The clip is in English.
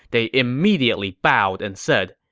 they immediately bowed and said,